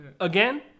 again